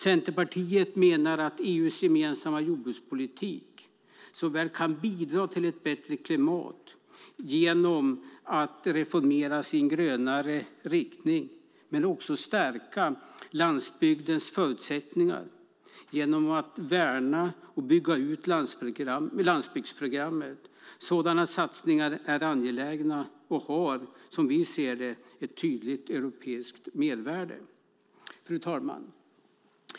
Centerpartiet menar att EU:s gemensamma jordbrukspolitik kan bidra till ett bättre klimat genom att reformeras i en grönare riktning men också stärka landsbygdens förutsättningar genom att värna och bygga ut landsbygdsprogrammet. Sådana satsningar är angelägna och har, som vi ser det, ett tydligt europeiskt mervärde. Fru talman!